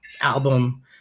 album